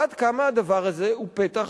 עד כמה הדבר הזה הוא פתח,